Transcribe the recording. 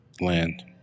land